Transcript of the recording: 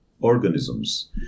organisms